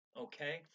Okay